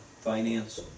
finance